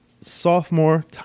sophomore